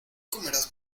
comerás